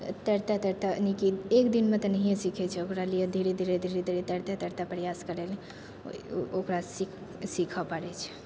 तैरते तैरते यानीकि एकदिनमे तऽ नहिए सिखै छै ओकरा लिए धीरे धीरे धीरे धीरे तैरते तैरते प्रयास करैलए ओकरा सिख सिखऽ पड़ै छै